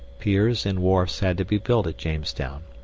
piers and wharfs had to be built at jamestown.